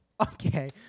Okay